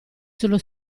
sullo